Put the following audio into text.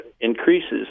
increases